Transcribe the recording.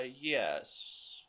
yes